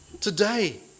Today